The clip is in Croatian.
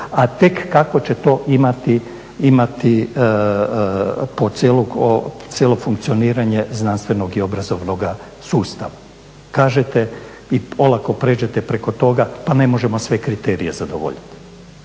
a tek kako će to imati po cijelo funkcioniranje znanstvenog i obrazovnog sustava. Kažete i olako pređete preko toga, pa ne možemo sve kriterije zadovoljit.